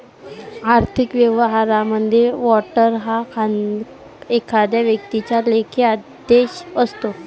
आर्थिक व्यवहारांमध्ये, वॉरंट हा एखाद्या व्यक्तीचा लेखी आदेश असतो